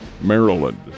Maryland